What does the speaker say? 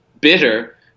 bitter